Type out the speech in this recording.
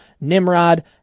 Nimrod